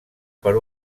per